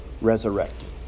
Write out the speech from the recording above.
resurrected